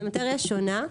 זו מטריה שונה.